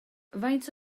faint